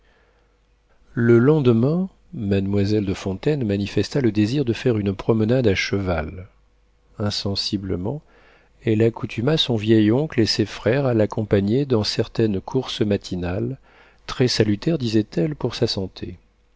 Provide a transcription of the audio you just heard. le lendemain mademoiselle de fontaine manifesta le désir de faire une promenade à cheval insensiblement elle accoutuma son vieil oncle et ses frères à l'accompagner dans certaines courses matinales très salutaires disait-elle pour sa santé